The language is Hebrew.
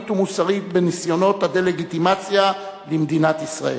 ומוסרית בניסיונות הדה-לגיטימציה למדינת ישראל.